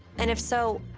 and if so,